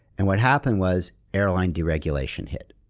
and what happened was airline deregulation hit,